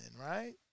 right